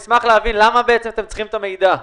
נשמח להבין למה בעצם אתם צריכים את המידע?